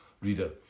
reader